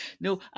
No